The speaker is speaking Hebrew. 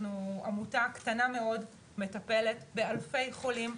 אנחנו עמותה קטנה מאוד שמטפלת באלפי חולים,